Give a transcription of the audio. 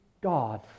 God